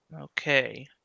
Okay